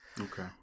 okay